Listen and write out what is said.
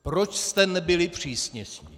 Proč jste nebyli přísnější?